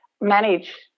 manage